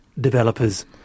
developers